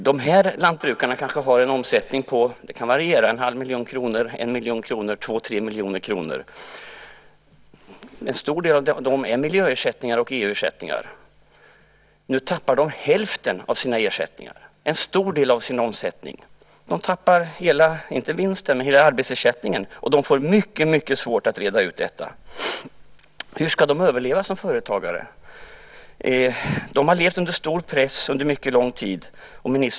Dessa lantbrukare har kanske en omsättning på 1⁄2 miljon, 1 miljon, 2 eller 3 miljoner kronor. Det varierar. Hur ska de överleva som företagare?